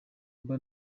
mba